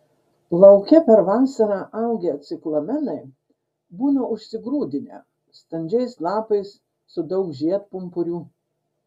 lauke per vasarą augę ciklamenai būna užsigrūdinę standžiais lapais su daug žiedpumpurių